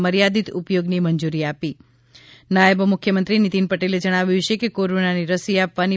મર્યાદિત ઉપયોગની મંજુરી આપી નાયબ મુખ્યમંત્રી નીતિન પટેલે જણાવ્યું છે કે કોરોનાની રસી આપવાની